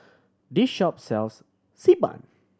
this shop sells Xi Ban